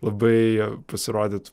labai pasirodyt